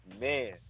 man